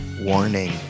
Warning